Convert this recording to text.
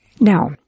Now